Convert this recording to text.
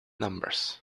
numbers